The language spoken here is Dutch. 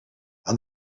aan